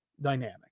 dynamic